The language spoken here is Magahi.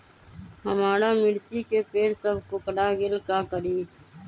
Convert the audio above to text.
हमारा मिर्ची के पेड़ सब कोकरा गेल का करी?